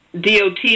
DOT